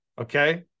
okay